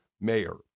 mayor